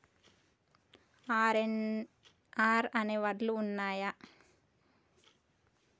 RNR అనే వడ్లు ఉన్నయా?